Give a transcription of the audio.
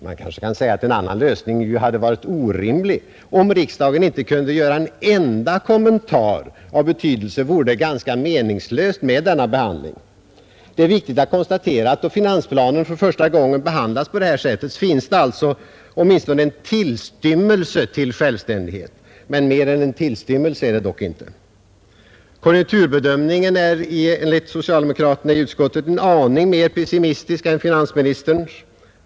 Man kanske kan säga att en annan lösning hade varit orimlig. Om riksdagen inte kunde göra en enda kommentar av betydelse vore ju denna behandling ganska meningslös. Det är viktigt att konstatera att det, då finansplanen för första gången behandlas på detta sätt, finns åtminstone en tillstymmelse till självständighet. Mer än en tillstymmelse är det dock inte. Konjunkturbedömningen är enligt socialdemokraterna i utskottet en aning mer pessimistisk än finansministerns.